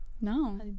no